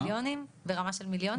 ברמה של מיליונים?